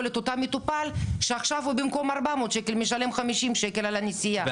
אותו מטופל שעכשיו במקום 400 שקל משלם 50 שקל לנסיעה.